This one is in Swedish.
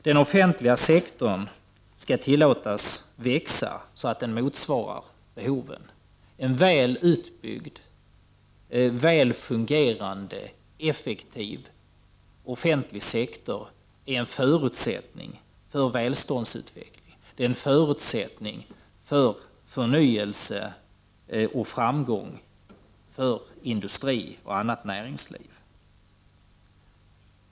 Den offentliga sektorn skall tillåtas växa, så att den motsvarar behoven. En väl utbyggd, väl fungerande och effektiv offentlig sektor är en förutsättning för välståndsutveckling, förnyelse och framgång för industri och annat näringsliv.